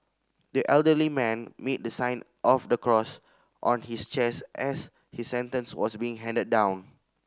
the elderly man made the sign of the cross on his chest as his sentence was being handed down